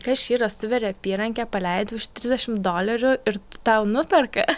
kas čia yra suveri apyrankę paleidi už trisdešimt dolerių ir tau nuperka